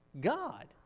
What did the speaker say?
God